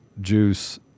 juice